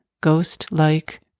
ghost-like